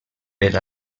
per